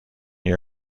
year